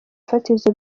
fatizo